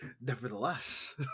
Nevertheless